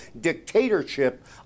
dictatorship